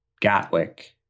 Gatwick